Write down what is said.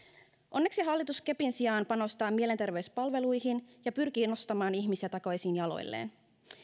onneksi hallitus kepin sijaan panostaa mielenterveyspalveluihin ja pyrkii nostamaan ihmisiä takaisin jaloilleen